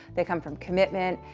they come from commitment,